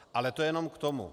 Ale to jenom k tomu.